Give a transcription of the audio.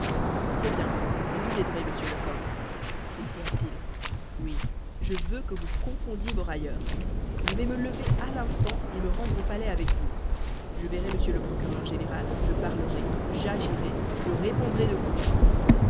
eh bien je vous aiderai monsieur lecoq s'écria-t-il oui je veux que vous confondiez vos railleurs je vais me lever à l'instant et me rendre au palais avec vous je verrai m le procureur général je parlerai j'agirai je répondrai de vous